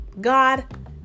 God